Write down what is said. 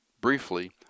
Briefly